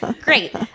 Great